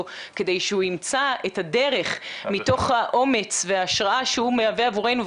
כדי שהוא ימצא את הדרך מתוך האומץ וההשראה שהוא מהווה עבורנו,